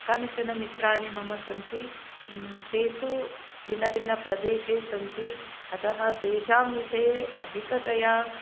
कानिचनमित्राणि मम सन्ति ते तु भिन्नभिन्नप्रदेशे सन्ति अतः तेषां विषये अधिकतया